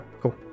cool